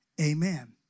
Amen